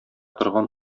торган